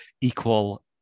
equal